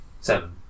seven